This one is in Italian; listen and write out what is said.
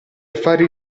affari